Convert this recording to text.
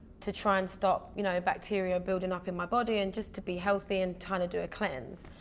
to try and stop you know bacteria building up in my body and just to be healthy and try to do a cleanse.